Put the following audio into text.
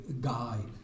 guide